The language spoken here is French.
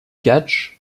catch